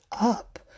up